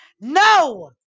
No